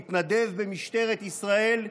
מתנדב במשטרת ישראל.